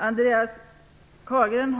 Herr talman! Andreas Carlgren